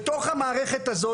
בתוך המערכת הזאת,